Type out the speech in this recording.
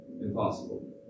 impossible